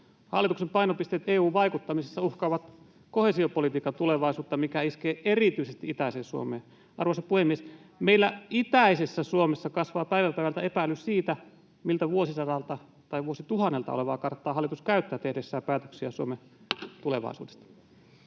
Hallituksen painopisteet EU-vaikuttamisessa uhkaavat koheesiopolitiikan tulevaisuutta, mikä iskee erityisesti itäiseen Suomeen. Arvoisa puhemies! Meillä itäisessä Suomessa kasvaa päivä päivältä epäilys siitä, miltä vuosisadalta tai vuosituhannelta olevaa karttaa hallitus käyttää tehdessään päätöksiä Suomen tulevaisuudesta.